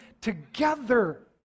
together